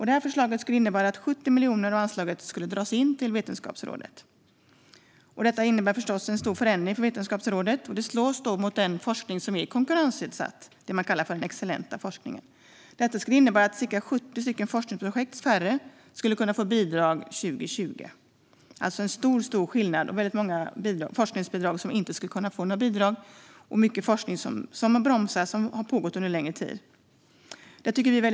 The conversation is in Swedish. Detta förslag skulle innebära att 70 miljoner av anslaget till Vetenskapsrådet drogs in. Det innebär förstås en stor förändring för Vetenskapsrådet, och det slår mot den forskning som är konkurrensutsatt - det man kallar för den excellenta forskningen. Detta skulle innebära att ca 70 forskningsprojekt färre skulle kunna få bidrag 2020 - en stor skillnad. Många forskningsprojekt skulle inte kunna få något bidrag, och mycket forskning som har pågått under längre tid skulle bromsas.